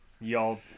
y'all